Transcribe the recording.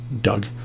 Doug